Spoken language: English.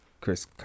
Chris